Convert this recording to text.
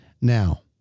Now